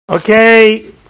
Okay